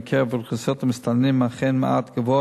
בקרב אוכלוסיית המסתננים אכן מעט גבוהה